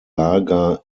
lager